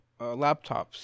laptops